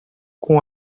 com